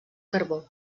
carbó